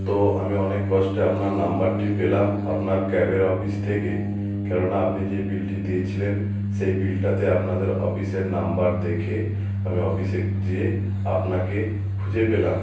তো আমি অনেক কষ্টে আপনার নম্বরটি পেলাম আপনার ক্যাবের অফিস থেকে কেননা আপনি যে বিলটি দিয়েছিলেন সেই বিলটাতে আপনাদের অফিসের নম্বর দেখে আমি অফিসে যেয়ে আপনাকে খুঁজে পেলাম